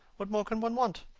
what more can one want?